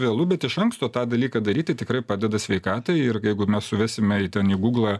vėlu bet iš anksto tą dalyką daryti tikrai padeda sveikatai ir jeigu mes suvesime į ten į guglą